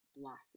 blossom